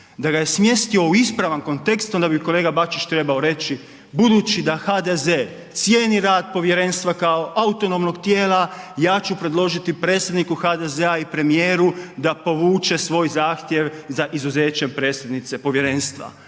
Da ga je smjestio u ispravan kontekst, onda bi kolga Bačić trebao reći, budući da HDZ cijeni rad povjerenstva kao autonomnog tijela ja ću predložiti predsjedniku HDZ-a i premijeru da povuče svoj zahtjev za izuzeće predsjednice povjerenstva.